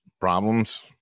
problems